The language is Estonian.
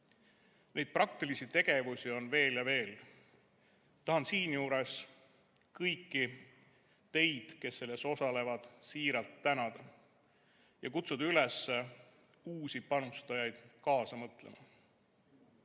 Praktilisi tegevusi on veel ja veel. Tahan siinjuures kõiki teid, kes selles osalevad, siiralt tänada ja kutsuda üles uusi panustajaid kaasa